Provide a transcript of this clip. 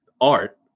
art